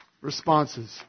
responses